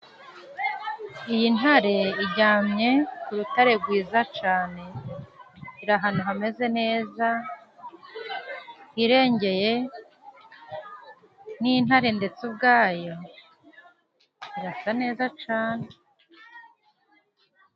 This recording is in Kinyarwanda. Iyi ntare iryamye ku rutare gwiza cane. Iri ahantu hameze neza hirengeye, n'intare ndetse ubwayo irasa neza cane.